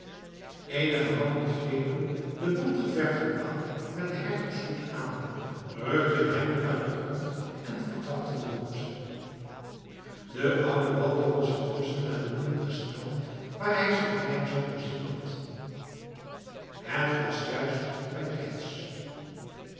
eenige mannen grepen den bontgeverfden paal met den hertogshoed aan rukten hem uit den grond en vertrapten den hoed de oude walter was intusschen naar de linde gesneld waar hij zijn kleinzoon gezien had het was juist bijtijds